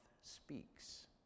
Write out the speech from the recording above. speaks